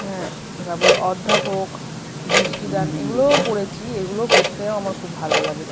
হ্যাঁ তারপর অধ্যাপক দৃষ্টিদান এগুলোও পড়েছি এগুলোও পড়তে আমার খুব ভালো লাগে